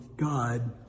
God